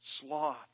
Sloth